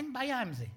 אין בעיה עם זה.